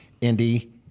Indy